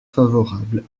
favorable